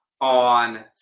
on